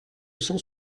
cent